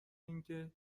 اینکه